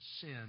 sin